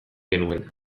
genuen